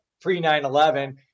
pre-9-11